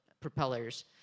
propellers